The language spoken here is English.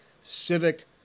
civic